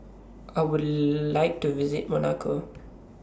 I Would like to visit Monaco